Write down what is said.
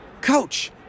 Coach